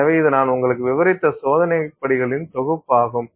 எனவே இது நான் உங்களுக்கு விவரித்த சோதனை படிகளின் தொகுப்பாகும்